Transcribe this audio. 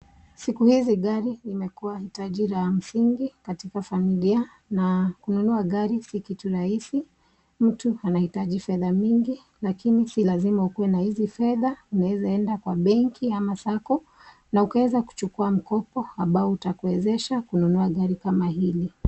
Siku hizi gari imekuwa hitaji la msingi katika familia, na kununua gari si kitu rahisi, mtu anahitaji fedha mingi lakini si lazima ukuwe na hizi fedha, unaweza enda kwa benki ama sacco na ukaweza kuchukua mkopo utakuwezesha kununua gari kama hili.